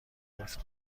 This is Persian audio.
گلف